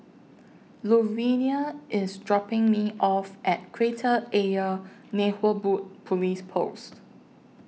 Luvinia IS dropping Me off At Kreta Ayer Police Post